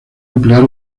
emplear